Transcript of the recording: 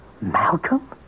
Malcolm